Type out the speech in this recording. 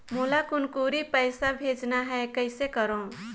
मोला कुनकुरी पइसा भेजना हैं, कइसे करो?